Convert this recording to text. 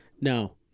No